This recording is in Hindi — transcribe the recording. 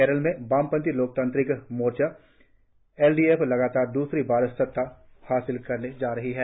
केरल में वामपंथी लोकतांत्रिक मोर्चा एलडीएफ लगातार दूसरी बार सत्ता हासिल करने जा रहा है